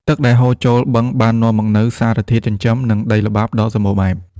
ទឹកដែលហូរចូលបឹងបាននាំមកនូវសារធាតុចិញ្ចឹម និងដីល្បាប់ដ៏សម្បូរបែប។